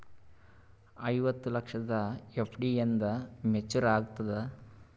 ಐವತ್ತು ಲಕ್ಷದ ಎಫ್.ಡಿ ಎಂದ ಮೇಚುರ್ ಆಗತದ?